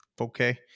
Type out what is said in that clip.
Okay